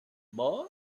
boy